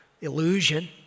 illusion